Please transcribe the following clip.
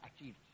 achieved